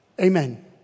Amen